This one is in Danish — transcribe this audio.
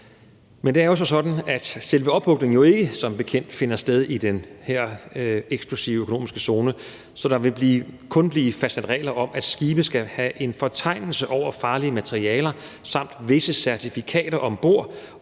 selve ophugningen som bekendt ikke finder sted i den her eksklusive økonomiske zone. Så der vil kun blive fastsat regler om, at skibe skal have en fortegnelse over farlige materialer samt visse certifikater om bord,